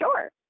sure